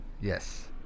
Yes